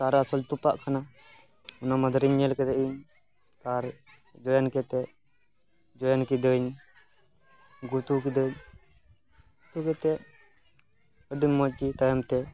ᱛᱟᱨ ᱟᱥᱚᱞ ᱛᱚᱯᱟᱜ ᱟᱠᱟᱱᱟ ᱚᱱᱟ ᱢᱚᱫᱽᱫᱷᱮᱨᱤᱧ ᱧᱮᱞ ᱠᱮᱫᱟ ᱤᱧ ᱟᱨ ᱡᱚᱭᱮᱱ ᱠᱟᱛᱮᱫ ᱡᱚᱭᱮᱱ ᱠᱤᱫᱟᱹᱧ ᱜᱩᱛᱩ ᱠᱤᱫᱟᱹᱧ ᱛᱚᱵᱮ ᱛᱮᱫ ᱟᱹᱰᱤ ᱢᱚᱡᱽ ᱜᱮ ᱛᱟᱭᱚᱢ ᱛᱮ